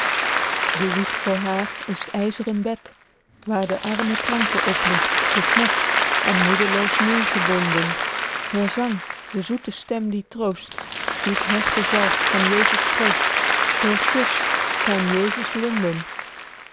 de wieg voor haer is t yzren bed waer de arme kranke op ligt besmet en moedloos neêrgebonden heur zang de zoete stem die troost die t herte zalft van jesus kroost heur kus t zyn jesus wonden